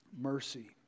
mercy